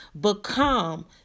become